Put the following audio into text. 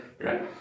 Right